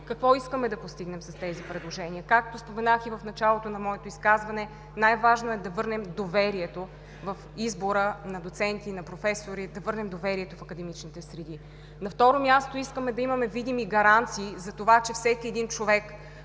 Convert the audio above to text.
какво искаме да постигнем с тях. Както споменах и в началото на моето изказване, най-важно е да върнем доверието в избора на доценти и на професори, да върнем доверието в академичните среди. На второ място, искаме да имаме видими гаранции за това, че всеки човек,